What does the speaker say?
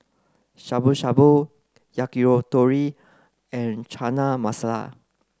Shabu Shabu Yakitori and Chana Masala